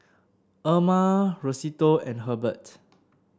Erma Rosetta and Hurbert